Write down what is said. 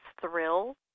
thrill